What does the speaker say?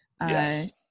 Yes